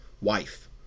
wife